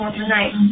tonight